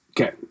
Okay